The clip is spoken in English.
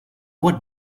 what